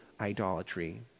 idolatry